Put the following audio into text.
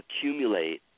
accumulate